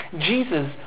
Jesus